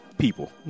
People